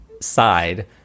side